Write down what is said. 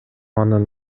анын